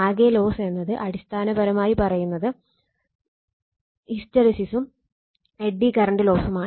ആകെ ലോസ് എന്ന് അടിസ്ഥാനപരമായി പറയുന്നത് ഹിസ്റ്ററിസിസും എഡ്ഡി കറണ്ട് ലോസുമാണ്